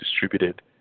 distributed